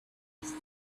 rusty